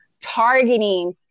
targeting